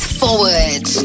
forward